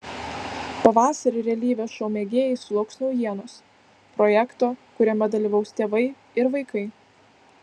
pavasarį realybės šou mėgėjai sulauks naujienos projekto kuriame dalyvaus tėvai ir vaikai